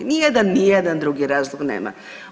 Ni jedan, ni jedan drugi razlog nema.